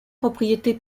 propriété